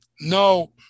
no